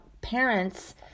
parents